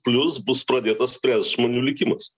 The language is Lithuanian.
plius bus pradėta spręst žmonių likimas